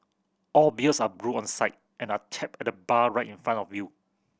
all beers are brewed on site and are tapped at the bar right in front of you